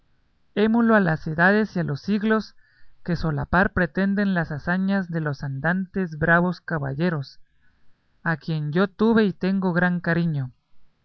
émulo a las edades y a los siglos que solapar pretenden las hazañas de los andantes bravos caballeros a quien yo tuve y tengo gran cariño